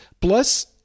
plus